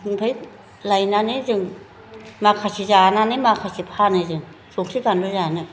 ओमफ्राय लायनानै जों माखासे जानानै माखासे फानो जों संख्रि बानलु जानो